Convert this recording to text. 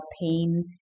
pain